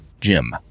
Jim